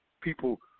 people